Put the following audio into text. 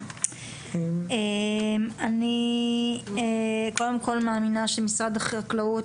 אני קודם כל מאמינה שמשרד החקלאות,